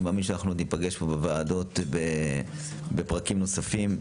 אני מאמין שאנחנו עוד ניפגש פה בוועדות בפרקים נוספים.